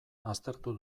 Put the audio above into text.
aztertu